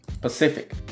Pacific